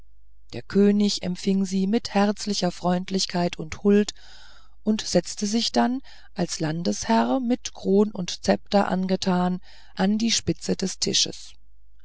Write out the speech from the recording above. der könig empfing sie mit herzlicher freundlichkeit und huld und setzte sich dann als landesherr mit kron und zepter angetan an die spitze des tisches